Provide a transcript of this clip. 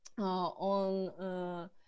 on